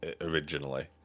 originally